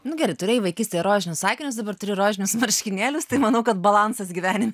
nu gerai turėjai vaikystėje rožinius akinius dabar turi rožinius marškinėlius tai manau kad balansas gyvenime